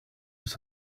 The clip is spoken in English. his